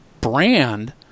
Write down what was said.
brand